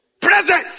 Present